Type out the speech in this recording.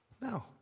no